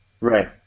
Right